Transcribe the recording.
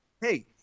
Hey